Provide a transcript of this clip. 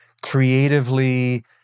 creatively